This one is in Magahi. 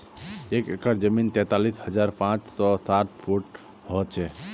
एक एकड़ जमीन तैंतालीस हजार पांच सौ साठ वर्ग फुट हो छे